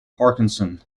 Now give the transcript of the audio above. parkinson